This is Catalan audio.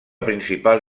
principal